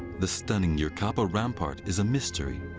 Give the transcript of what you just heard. the stunning yerkapi rampart is a mystery.